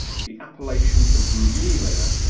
the appellation of roumelia,